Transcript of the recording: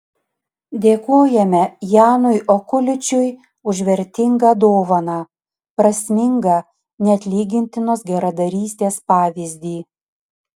dėkojame janui okuličiui už vertingą dovaną prasmingą neatlygintinos geradarystės pavyzdį